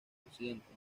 accidente